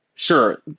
sure.